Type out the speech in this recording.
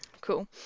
cool